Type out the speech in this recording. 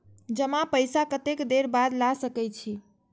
जमा पैसा कतेक देर बाद ला सके छी?